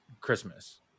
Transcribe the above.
Christmas